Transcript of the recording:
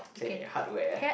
hardware